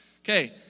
Okay